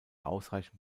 ausreichend